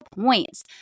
points